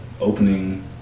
opening